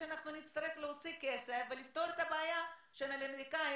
שאם צריך אז נגן עם גופנו כדי שהקשישים האלה לא יפונה לשום מקום.